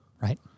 Right